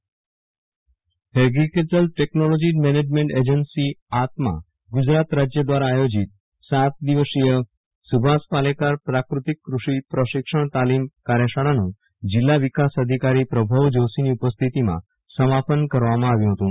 ાષ પાલેકર પાકાતેક તાલીમ agricultural technology management agency આત્મા ગુજરાત રાજ્ય દ્વારા આયોજીત સાત દિવસીય સુભાષ પાલેકર પ્રાકૃતિક કૃષિપ્રશિક્ષણ તાલીમ કાર્યશાળાનું જિલ્લા વિકાસ અધિકારીશ્રી પ્રભવ જોશીની ઉપસ્થિતિમાં સમાપનકરવામાં આવ્યું હતું